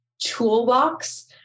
toolbox